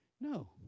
No